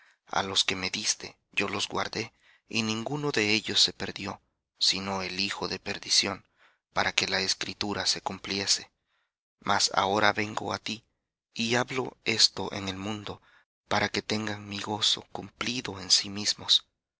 á los que me diste yo los guardé y ninguno de ellos se perdió sino el hijo de perdición para que la escritura se cumpliese mas ahora vengo á ti y hablo esto en el mundo para que tengan mi gozo cumplido en sí mismos